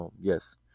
yes